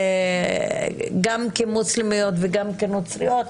גם כמוסלמיות וגם כנוצריות,